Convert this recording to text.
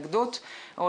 להתנגדות או,